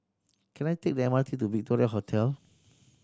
can I take the M R T to Victoria Hotel